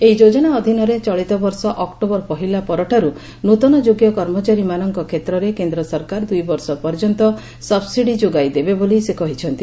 ଏହି ଯୋଜନା ଅଧୀନରେ ଚଳିତ ବର୍ଷ ଅକ୍ଟୋବର ପହିଲା ପରଠାରୁ ନୃତନ ଯୋଗ୍ୟ କର୍ମଚାରୀମାନଙ୍କ କ୍ଷେତ୍ରରେ କେନ୍ଦ୍ର ସରକାର ଦୁଇ ବର୍ଷ ପର୍ଯ୍ୟନ୍ତ ସବ୍ସିଡି ଯୋଗାଇ ଦେବେ ବୋଲି ସେ କହିଛନ୍ତି